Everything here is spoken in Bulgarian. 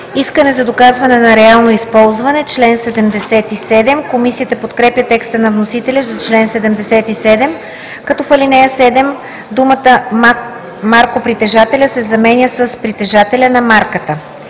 Искане за доказване на реално използване“. Комисията подкрепя текста на вносителя за чл. 77, като в ал. 7 думата „маркопритежателя“ се заменя с „притежателя на марката“.